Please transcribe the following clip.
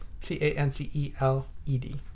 C-A-N-C-E-L-E-D